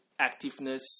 activeness